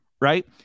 right